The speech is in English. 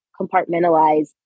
compartmentalize